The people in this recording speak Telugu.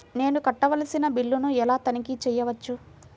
నేను కట్టవలసిన బిల్లులను ఎలా తనిఖీ చెయ్యవచ్చు?